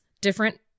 different